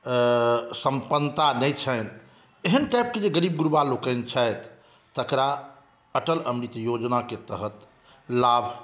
सम्पन्नता नहि छनि एहेन टाइपके जे गरीब गुरबालोकनि छथि तकरा अटल अमृत योजनाके तहत लाभ